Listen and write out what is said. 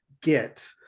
get